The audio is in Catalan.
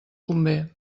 convé